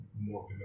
more